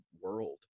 world